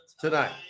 tonight